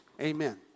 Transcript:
Amen